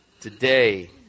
today